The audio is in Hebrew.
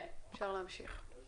אפשר להמשיך.